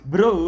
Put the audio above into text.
Bro